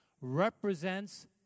represents